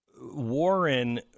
Warren